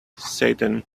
satan